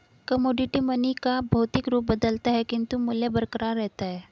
commodity money का भौतिक रूप बदलता है किंतु मूल्य बरकरार रहता है